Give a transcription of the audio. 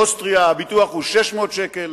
באוסטריה הביטוח הוא 600 שקל,